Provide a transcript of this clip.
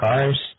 cars